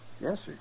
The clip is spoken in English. Yes